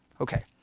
Okay